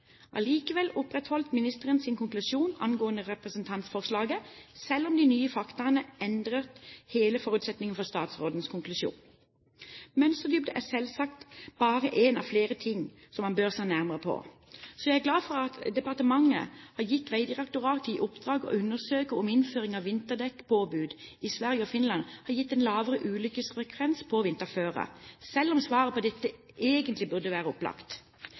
Allikevel opprettholdt ministeren sin konklusjon angående representantforslaget, selv om de nye faktaene endrer hele forutsetningen for statsrådens konklusjon. Mønsterdybde er selvsagt bare én av flere ting man bør se nærmere på, og jeg er glad for at departementet har gitt Vegdirektoratet i oppdrag å undersøke om innføring av vinterdekkpåbud i Sverige og Finland har gitt en lavere ulykkesfrekvens på vinterføre, selv om svaret på dette egentlig burde være opplagt.